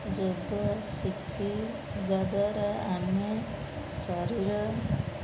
ଯୋଗ ଶିଖିବା ଦ୍ୱାରା ଆମେ ଶରୀର